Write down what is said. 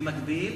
ובמקביל